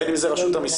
בין אם זה רשות המיסים,